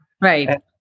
right